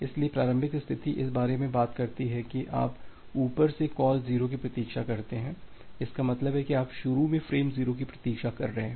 इसलिए प्रारंभिक स्थिति इस बारे में बात करती है कि आप ऊपर से कॉल 0 की प्रतीक्षा करते हैं इसका मतलब है आप शुरू में फ्रेम 0 की प्रतीक्षा कर रहे हैं